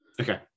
okay